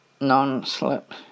non-slip